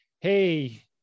hey